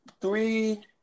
three